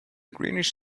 greenish